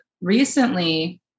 recently